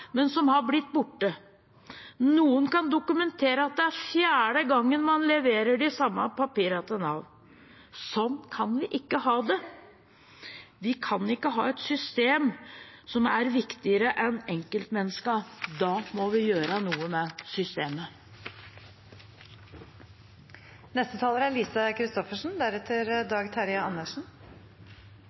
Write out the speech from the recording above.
men som har blitt borte. Noen kan dokumentere at det er fjerde gangen man leverer de samme papirene til Nav. Sånn kan vi ikke ha det. Vi kan ikke ha et system som er viktigere enn enkeltmenneskene. Da må vi gjøre noe med systemet. Mye har vært sagt i denne saken allerede, og det er